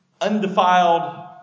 Undefiled